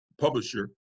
publisher